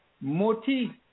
Moti